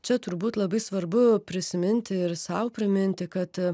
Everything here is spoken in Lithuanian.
čia turbūt labai svarbu prisiminti ir sau priminti kad